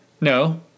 No